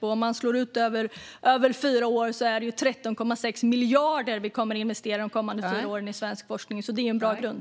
Sammantaget kommer vi att investera 13,6 miljarder i svensk forskning de kommande fyra åren, så det är en bra grund.